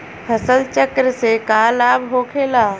फसल चक्र से का लाभ होखेला?